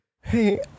Hey